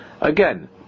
again